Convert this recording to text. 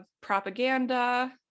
propaganda